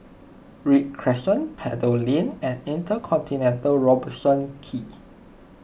Read Crescent Pebble Lane and Intercontinental Robertson Quay